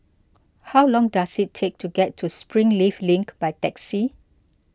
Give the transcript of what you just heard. how long does it take to get to Springleaf Link by taxi